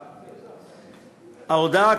ההודעה,